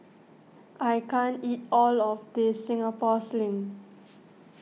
I can't eat all of this Singapore Sling